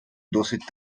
досить